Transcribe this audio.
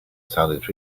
sounded